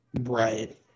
Right